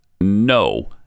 No